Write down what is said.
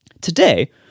today